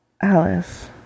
Alice